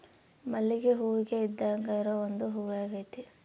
ಮಲ್ಲಿಗೆ ಹೂವಿಗೆ ಇದ್ದಾಂಗ ಇರೊ ಒಂದು ಹೂವಾಗೆತೆ